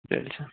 تیٚلہِ چھا